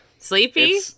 Sleepy